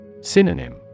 Synonym